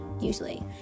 usually